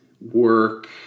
work